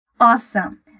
Awesome